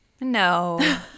No